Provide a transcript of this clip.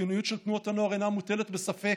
החיוניות של תנועות הנוער אינה מוטלת בספק,